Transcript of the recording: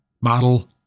model